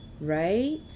Right